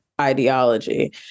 ideology